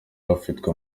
bafatiwe